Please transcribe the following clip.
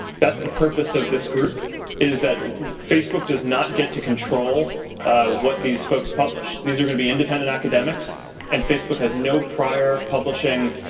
that's the purpose of this group is that facebook does not get to troll what these folks publish. these are going to be independent academics and facebook has no prior publishing